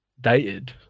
dated